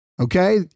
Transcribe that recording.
okay